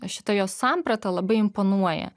šita jos samprata labai imponuoja